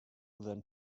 than